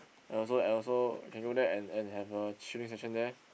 and also and also can go there and and have a chilling session there